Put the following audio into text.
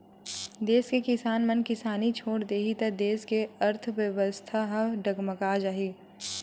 देस के किसान मन किसानी छोड़ देही त देस के अर्थबेवस्था ह डगमगा जाही